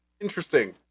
interesting